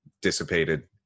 dissipated